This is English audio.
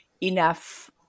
enough